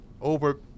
over